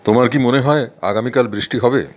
তোমার কি মনে হয় আগামীকাল বৃষ্টি হবে